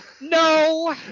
No